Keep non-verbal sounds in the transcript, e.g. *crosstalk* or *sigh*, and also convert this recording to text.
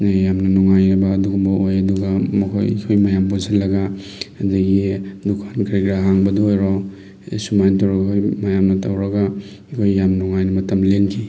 ꯌꯥꯝꯅ ꯅꯨꯡꯉꯥꯏꯕ ꯑꯗꯨꯒꯨꯝꯕ ꯑꯣꯏ ꯑꯗꯨꯒ ꯃꯈꯣꯏ *unintelligible* ꯃꯌꯥꯝ ꯄꯨꯟꯁꯤꯜꯂꯒ ꯑꯗꯒꯤ ꯗꯨꯀꯥꯟ ꯀꯔꯤ ꯀꯔꯥ ꯍꯥꯡꯕꯗ ꯑꯣꯏꯔꯣ ꯁꯨꯃꯥꯏꯅ ꯇꯧꯔꯒ ꯃꯌꯥꯝꯅ ꯇꯧꯔꯒ ꯑꯩꯈꯣꯏ ꯌꯥꯝ ꯅꯨꯡꯉꯥꯏꯅ ꯃꯇꯝ ꯂꯦꯟꯈꯤ